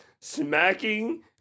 smacking